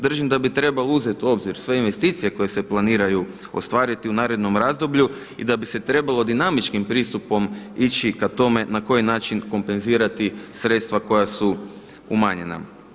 Držim da bi trebalo uzeti u obzir sve investicije koje se planiraju ostvariti u narednom razdoblju i da bi se trebalo dinamičkim pristupom ići k tome na koji način kompenzirati sredstva koja su umanjena.